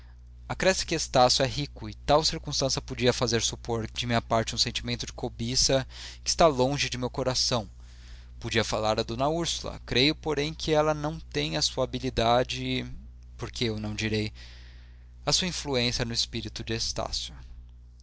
acresce que estácio é rico e tal circunstância podia fazer supor de minha parte um sentimento de cobiça que está longe de meu coração podia falar a d úrsula creio porém que ela não tem a sua habilidade e por que o não direi a sua influência no espírito de estácio